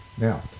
Now